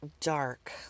dark